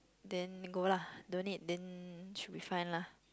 then then go lah don't need then should be fine lah